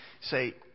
say